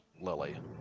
lily